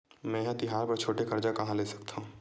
मेंहा तिहार बर छोटे कर्जा कहाँ ले सकथव?